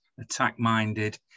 attack-minded